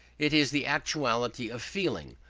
it is the actuality of feeling,